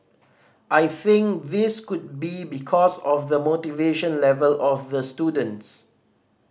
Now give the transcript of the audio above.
I think this could be because of the motivation level of the students